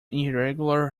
irregular